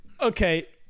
okay